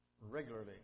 regularly